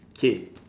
okay